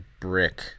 brick